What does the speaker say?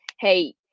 Hey